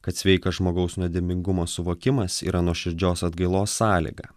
kad sveikas žmogaus nuodėmingumo suvokimas yra nuoširdžios atgailos sąlyga